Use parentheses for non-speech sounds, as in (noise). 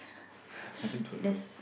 (laughs) I don't know